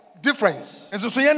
difference